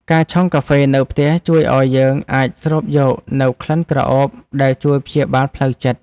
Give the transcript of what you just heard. ការឆុងកាហ្វេនៅផ្ទះជួយឱ្យយើងអាចស្រូបយកនូវក្លិនក្រអូបដែលជួយព្យាបាលផ្លូវចិត្ត។